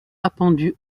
appendus